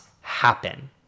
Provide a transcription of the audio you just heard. happen